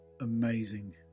amazing